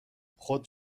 خود